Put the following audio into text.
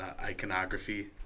iconography